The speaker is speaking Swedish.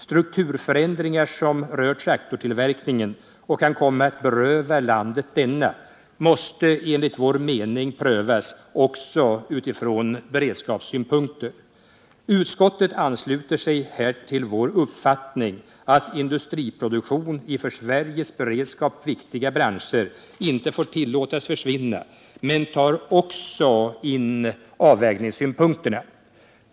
Strukturförändringar som rör traktortillverkningen och kan komma att beröva landet denna måste enligt vår mening prövas också utifrån beredskapssynpunkter. Utskottet ansluter sig här till vår uppfattning att industriproduktion i för Sveriges beredskap viktiga branscher inte får tillåtas försvinna men tar också in avvägningssynpunkterna.